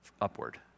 upward